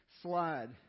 slide